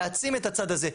להעצים את הצד הזה,